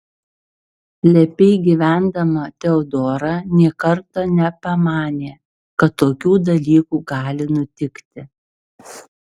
lepiai gyvendama teodora nė karto nepamanė kad tokių dalykų gali nutikti